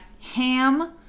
ham